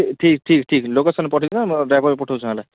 ଠିକ୍ ଠିକ୍ ଠିକ୍ ଲୋକେସନ୍ ପଠେଇ ଦିଅ ମୁଁ ଡ଼୍ରାଇଭର୍ ପଠାଉଛି ନହେଲେ